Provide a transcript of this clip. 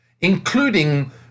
including